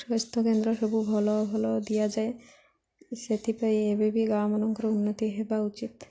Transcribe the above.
ସ୍ୱାସ୍ଥ୍ୟକେନ୍ଦ୍ର ସବୁ ଭଲ ଭଲ ଦିଆଯାଏ ସେଥିପାଇଁ ଏବେବି ଗାଁମାନଙ୍କର ଉନ୍ନତି ହେବା ଉଚିତ୍